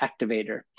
activator